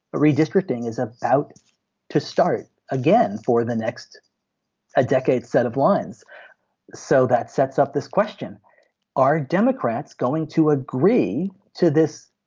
redistricting is about to start again for the next ah decade set of lines so that sets up this question are democrats going to agree to this.